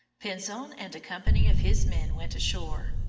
pinzon and a company of his men went ashore.